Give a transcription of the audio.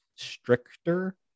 stricter